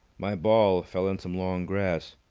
my ball fell in some long grass.